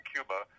Cuba